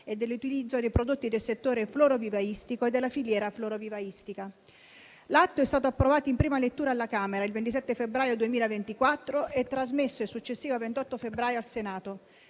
e dell'utilizzo dei prodotti del settore florovivaistico e della filiera florovivaistica. L'atto è stato approvato in prima lettura alla Camera il 27 febbraio 2024 e trasmesso il successivo 28 febbraio al Senato.